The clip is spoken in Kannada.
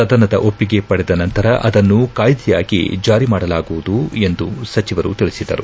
ಸದನದ ಒಪ್ಪಿಗೆ ಪಡೆದ ನಂತರ ಅದನ್ನು ಕಾಯ್ದೆಯಾಗಿ ಜಾರಿ ಮಾಡಲಾಗುವುದು ಎಂದು ಸಚಿವರು ತಿಳಿಸಿದರು